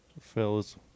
fellas